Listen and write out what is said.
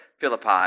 Philippi